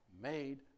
made